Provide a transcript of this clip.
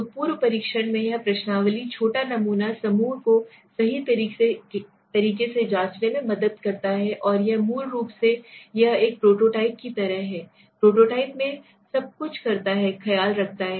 तो पूर्व परीक्षण में यह प्रश्नावली छोटे नमूना समूह को सही तरीके से जांचने में मदद करता है और यह मूल रूप से यह एक प्रोटोटाइप की तरह है प्रोटोटाइप में सब कुछ करता है ख्याल रखता है